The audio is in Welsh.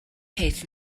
peth